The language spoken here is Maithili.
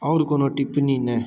आओर कोनो टिप्पणी नहि